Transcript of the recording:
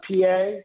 PA